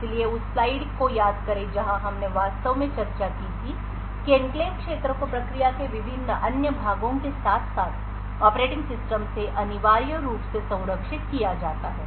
इसलिए उस स्लाइड को याद करें जहां हमने वास्तव में चर्चा की थी कि एन्क्लेव क्षेत्र को प्रक्रिया के विभिन्न अन्य भागों के साथ साथ ऑपरेटिंग सिस्टम से अनिवार्य रूप से संरक्षित किया जाता है